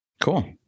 Cool